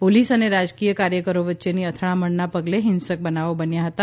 police અને રાજકીય કાર્યકરો વચ્ચેની અથડામણના પગલે હિંસક બનાવો બન્યા હતા